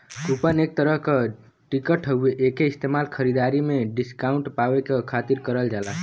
coupon एक तरह क टिकट हउवे एक इस्तेमाल खरीदारी में डिस्काउंट पावे क खातिर करल जाला